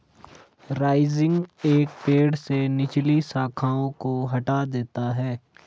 rising एक पेड़ से निचली शाखाओं को हटा देता है